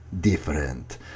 different